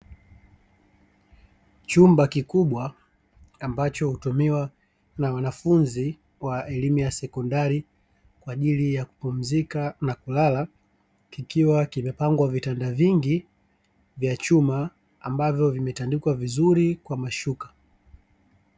Chumba kikubwa ambacho hutumiwa na wanafunzi wa elimu ya sekondari kwaajili ya kupumzika na kulala, kikiwa kimepangwa vitanda vingi vya chuma ambavyo vimetandikwa vizuri kwa mashuka.